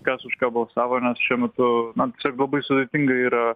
kas už ką balsavo nes šiuo metu na čia labai sudėtinga yra